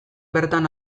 bertan